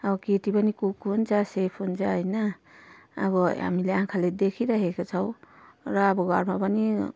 अब केटी पनि कुक हुन्छ सेफ हुन्छ होइन अब हामीले आँखाले देखिरहेको छौँ र अब घरमा पनि